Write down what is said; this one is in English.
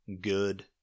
good